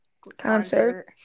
Concert